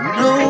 no